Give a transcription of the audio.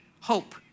hope